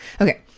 Okay